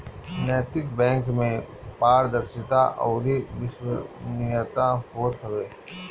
नैतिक बैंक में पारदर्शिता अउरी विश्वसनीयता होत हवे